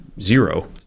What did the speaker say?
Zero